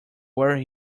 were